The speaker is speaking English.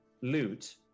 loot